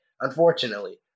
unfortunately